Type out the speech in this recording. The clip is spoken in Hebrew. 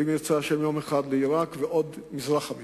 ואם ירצה השם יום אחד לעירק ועוד מזרחה מכך.